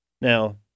Now